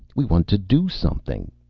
we want to do something.